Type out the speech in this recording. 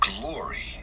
glory